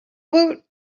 woot